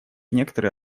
некоторые